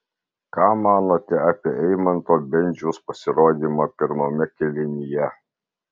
ką manote apie eimanto bendžiaus pasirodymą pirmame kėlinyje